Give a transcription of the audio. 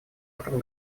этом